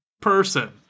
person